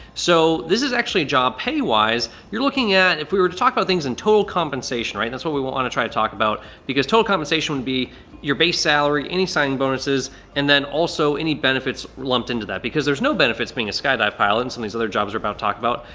so this is actually job pay wise your looking at if we were to talk about things in total compensation right that's what we won't want to try to talk about because total compensation would be your base salary any signing bonuses and then also any benefits lumped into that because there's no benefits being a sky dive pilots and these other jobs we are about to talk about.